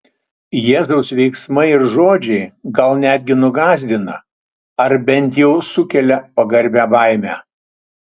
jėzaus veiksmai ir žodžiai gal netgi nugąsdina ar bent jau sukelia pagarbią baimę